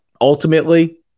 Ultimately